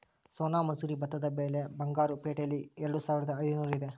ಸೋನಾ ಮಸೂರಿ ಭತ್ತದ ಬೆಲೆ ಬಂಗಾರು ಪೇಟೆಯಲ್ಲಿ ಎರೆದುಸಾವಿರದ ಐದುನೂರು ಇದೆ